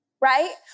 right